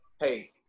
hey